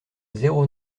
zéro